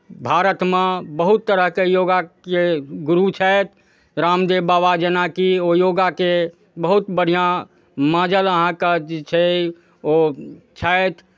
भारतमे बहुत तरहके योगाके गुरु छथि रामदेब बाबा जेनाकि ओ योगाके बहुत बढ़िआँ माँजल अहाँकेँ जे छै ओ छथि